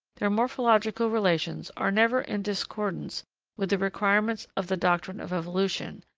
their morphological relations are never in discordance with the requirements of the doctrine of evolution,